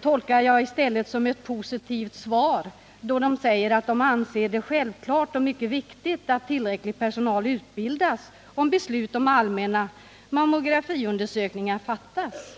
tolkar jag i stället som ett positivt svar, då man säger att man anser det självklart och mycket viktigt att tillräcklig personal utbildas om beslut om allmänna mammografiundersökningar fattas.